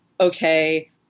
Okay